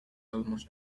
almost